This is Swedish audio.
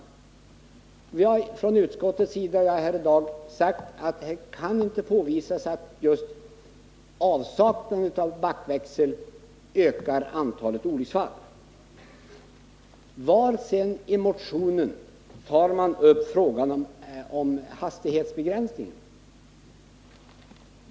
Men vi har från utskottets sida anfört — och det har jag sagt här i dag — att det inte kan påvisas att just avsaknaden av backväxeln ökar antalet olycksfall. Sedan: Var i motionen tar man upp frågan om en hastighetsbegränsning?